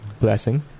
Blessing